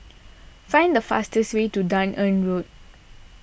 find the fastest way to Dunearn Road